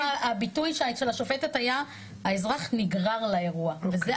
סליחה - הביטוי של השופטת היה: האזרח נגרר לאירוע.